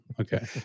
Okay